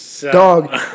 Dog